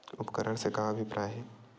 उपकरण से का अभिप्राय हे?